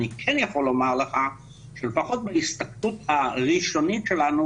אני כן יכול לומר לך שלפחות מההסתכלות הראשונית שלנו